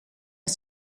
het